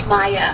Maya